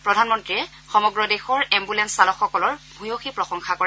প্ৰধানমন্ত্ৰীয়ে সমগ্ৰ দেশৰ এম্বুলেপ চালকসকলৰ ভূয়সী প্ৰসংশা কৰে